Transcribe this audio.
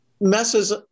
messes